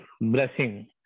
blessing